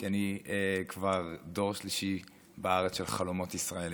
כי אני כבר דור שלישי בארץ של חלומות ישראליים.